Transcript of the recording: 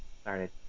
started